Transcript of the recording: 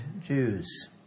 Jews